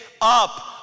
up